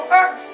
earth